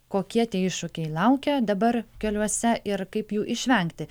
kokie tie iššūkiai laukia dabar keliuose ir kaip jų išvengti